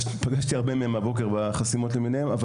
פגשתי הרבה מהם בחסימות הבוקר.